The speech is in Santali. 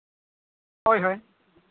ᱦᱳᱭ ᱦᱳᱭ